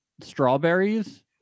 strawberries